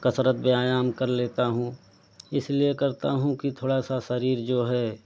कसरत व्यायाम कर लेता हूँ इसलिए करता हूँ कि थोड़ा सा शरीर जो है